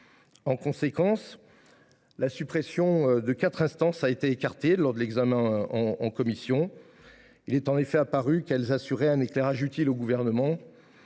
En conséquence, la suppression de quatre instances a été écartée lors de l’examen en commission. Il est en effet apparu qu’elles assuraient un éclairage utile tant au Gouvernement